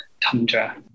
tundra